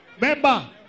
Remember